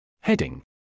Heading